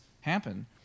happen